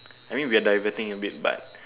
I mean we are diverting a bit but